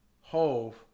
Hove